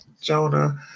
Jonah